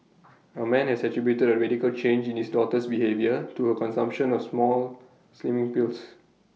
A man has attributed A radical change in his daughter's behaviour to her consumption of some slimming pills